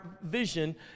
vision